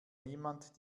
niemand